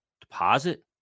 deposit